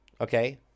okay